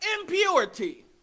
impurity